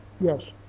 Yes